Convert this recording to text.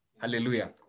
Hallelujah